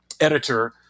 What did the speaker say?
editor